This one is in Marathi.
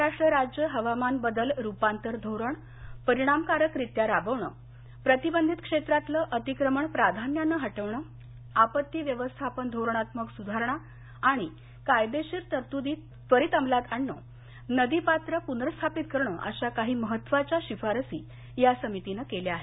महाराष्ट्र राज्य हवामान बदल रुपांतर धोरण परिणामकारकरित्या राबवणं प्रतिबंधित क्षेत्रातलं अतिक्रमण प्राधान्यानं हटवणं आपत्ती व्यवस्थापन धोरणात्मक सुधारणा आणि कायदेशीर तरतुदी त्वरीत अंमलात आणणं नदीपात्र पुनर्स्थापित करण अशा काही महत्त्वाच्या शिफारशी या समितीनं केल्या आहे